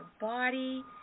body